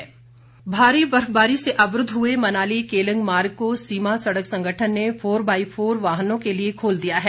मार्ग बहाल भारी बर्फबारी से अवरूद्व हए मनाली केलंग मार्ग को सीमा सड़क संगठन ने फोर बाई फोर वाहनों के लिए खोल दिया है